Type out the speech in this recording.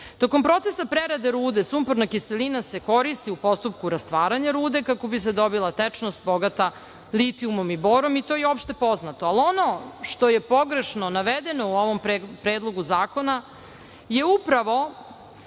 Tokom procesa prerade rude sumporna kiselina se koristi u postupku rastvaranja rude, kako bi se dobila tečnost bogata litijumom i borom i to je opšte poznato. Ali ono što je pogrešno navedeno u ovom predlogu zakona je upravo